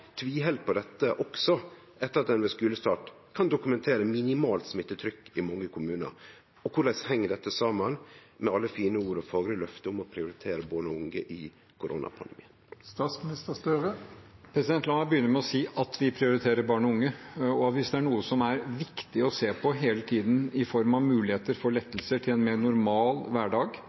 tviheld på dette også etter at ein ved skulestart kan dokumentere minimalt smittetrykk i mange kommunar? Korleis heng dette saman med alle fine ord og fagre løfte om å prioritere born og unge i koronapandemien? La meg begynne med å si at vi prioriterer barn og unge. Hvis det er noe som er viktig å se på hele tiden i form av muligheter for lettelser til en mer normal